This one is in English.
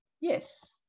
yes